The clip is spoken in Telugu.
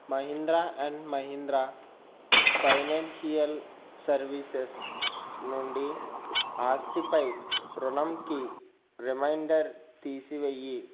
Mahindra and Mahindra financial services నుండి ఆస్తిపై రుణంకి రిమైండర్ తీసివెయ్యి